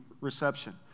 reception